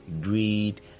greed